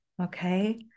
Okay